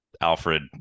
Alfred